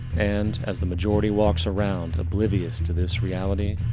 and, as the majority walks around oblivious to this reality,